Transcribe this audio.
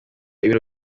ibiro